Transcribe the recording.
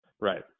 Right